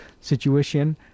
situation